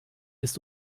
ist